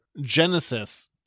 Genesis